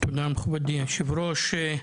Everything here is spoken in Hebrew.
תודה רבה מכובדי היו"ר,